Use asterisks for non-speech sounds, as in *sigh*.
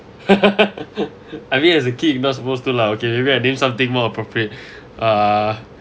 *laughs* I mean as a kid you're not supposed to lah okay I mean something more appropriate ah